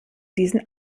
diesen